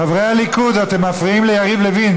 חברי הליכוד, אתם מפריעים ליריב לוין.